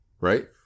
Right